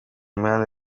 mihanda